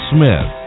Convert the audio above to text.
Smith